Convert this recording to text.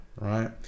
right